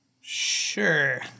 Sure